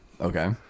Okay